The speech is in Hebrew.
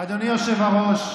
אדוני היושב-ראש,